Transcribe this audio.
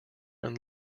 and